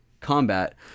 combat